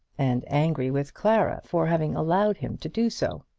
and angry with clara for having allowed him to do so.